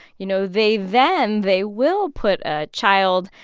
you know, they then they will put a child,